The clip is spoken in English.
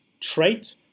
trait